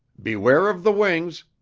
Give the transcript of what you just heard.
beware of the wings!